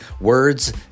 words